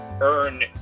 earn